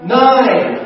nine